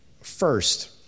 First